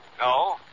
No